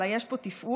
אלא יש פה תפעול,